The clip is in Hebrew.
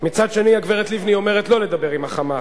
מצד שני הגברת לבני אומרת: לא לדבר עם ה"חמאס".